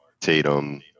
tatum